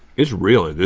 it's really good.